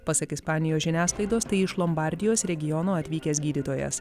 pasak ispanijos žiniasklaidos tai iš lombardijos regiono atvykęs gydytojas